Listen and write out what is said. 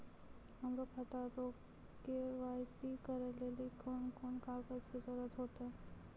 हमरो खाता रो के.वाई.सी करै लेली कोन कोन कागज के जरुरत होतै?